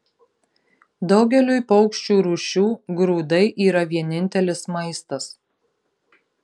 daugeliui paukščių rūšių grūdai yra vienintelis maistas